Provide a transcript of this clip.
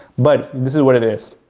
but this is what it is.